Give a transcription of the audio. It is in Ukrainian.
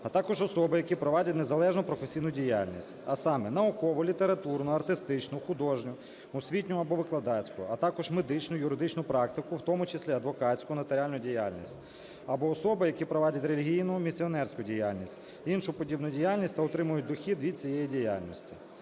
а також особи, які провадять незалежну професійну діяльність, а саме: наукову, літературну, артистичну, художню, освітню або викладацьку, а також медичну, юридичну практику, в тому числі адвокатську нотаріальну діяльність, або особи, які провадять релігійну, місіонерську діяльність, іншу подібну діяльність та отримують дохід від цієї діяльності.